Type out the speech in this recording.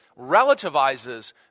relativizes